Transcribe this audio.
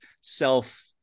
self-